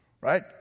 right